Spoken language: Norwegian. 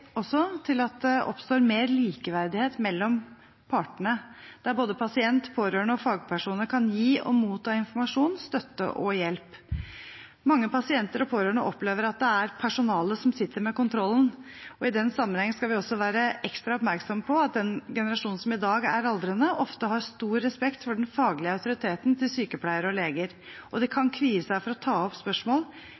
også til at det oppstår mer likeverdighet mellom partene, der både pasient, pårørende og fagpersoner kan gi og motta informasjon, støtte og hjelp. Mange pasienter og pårørende opplever at det er personalet som sitter med kontrollen. I den sammenheng skal vi også være ekstra oppmerksom på at den generasjonen som i dag er aldrende, ofte har stor respekt for den faglige autoriteten til sykepleiere og leger, og de kan